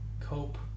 cope